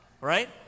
right